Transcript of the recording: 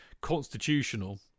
Constitutional